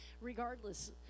regardless